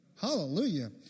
hallelujah